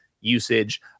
usage